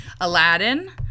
Aladdin